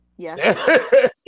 Yes